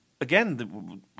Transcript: again